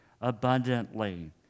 abundantly